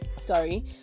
sorry